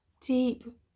deep